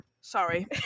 Sorry